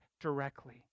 directly